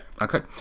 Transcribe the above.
Okay